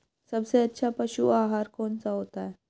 सबसे अच्छा पशु आहार कौन सा होता है?